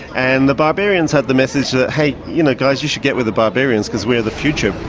and the barbarians had the message that, hey you know, guys, you should get with the barbarians, because we are the future.